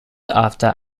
after